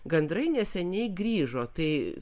gandrai neseniai grįžo tai